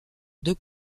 deux